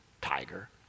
tiger